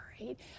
right